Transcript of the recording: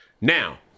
Now